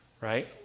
right